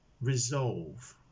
resolve